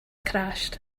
crashed